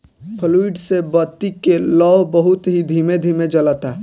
fluid से बत्ती के लौं बहुत ही धीमे धीमे जलता